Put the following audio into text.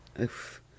Oof